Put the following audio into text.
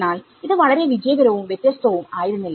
എന്നാൽ ഇത് വളരെ വിജയകരവും വ്യത്യസ്തവും ആയിരുന്നില്ല